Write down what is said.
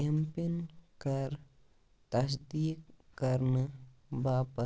M PIN کَر تصدیٖق کَرنہٕ باپتھ